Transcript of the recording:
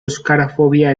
euskarafobia